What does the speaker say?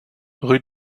rue